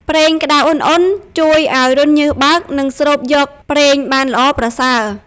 ប្រេងក្តៅឧណ្ហៗជួយឲ្យរន្ធញើសបើក និងស្រូបយកប្រេងបានល្អប្រសើរ។